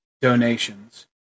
donations